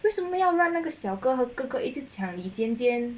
为什么要让那个小哥和哥哥抢那个李尖尖